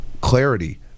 clarity